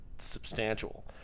substantial